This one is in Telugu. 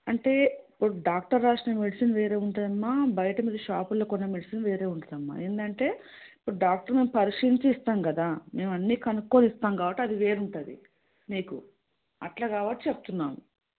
అంటే ఇప్పుడు డాక్టర్ రాసిన మెడిసిన్ వేరే ఉంటుంది అమ్మ బయట మీరు షాపులలో కొన్న మెడిసిన్ వేరే ఉంటుంది అమ్మ ఏంటంటే ఇప్పుడు డాక్టర్ మేము పరీక్షించి ఇస్తాం కదా మేము అన్నీ కనుక్కొని ఇస్తాం కాబట్టి అది వేరు ఉంటుంది మీకు అట్లా కాబట్టి చెప్తున్నాను